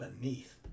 beneath